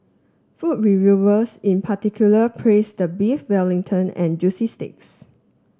food reviewers in particular praised the Beef Wellington and juicy steaks